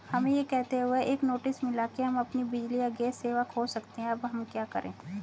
हमें यह कहते हुए एक नोटिस मिला कि हम अपनी बिजली या गैस सेवा खो सकते हैं अब हम क्या करें?